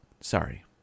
Sorry